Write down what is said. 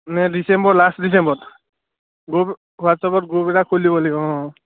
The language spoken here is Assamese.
নে ডিচেম্বৰ লাষ্ট ডিচেম্বৰত গ্ৰুপ হোৱাটছএপত গ্ৰুপ এটা খুলি দিব লাগিব অঁ